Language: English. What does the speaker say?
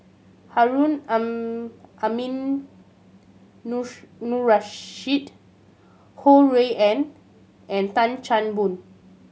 Harun Ho Rui An and Tan Chan Boon